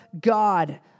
God